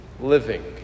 living